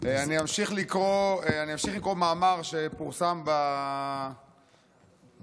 אני אמשיך לקרוא מאמר שפורסם בעיתון